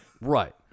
right